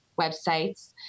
websites